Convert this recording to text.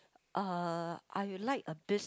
uh I will like a biz